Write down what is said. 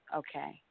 okay